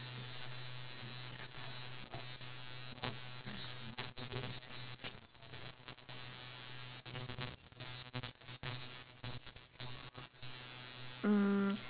mm